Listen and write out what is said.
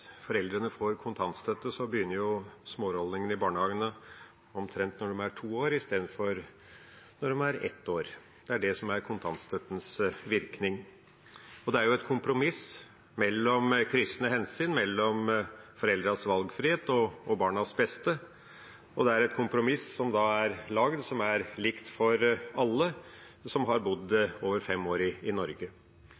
foreldrene får kontantstøtte, begynner smårollingene i barnehagen omtrent når de er to år, i stedet for når de er ett år. Det er det som er kontantstøttens virkning. Det er et kompromiss mellom kryssende hensyn, mellom foreldrenes valgfrihet og barnas beste, og det er et kompromiss som er likt for alle som har bodd